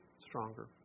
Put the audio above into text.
stronger